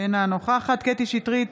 אינה נוכחת קטי קטרין שטרית,